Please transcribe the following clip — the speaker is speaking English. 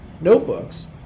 notebooks